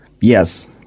Yes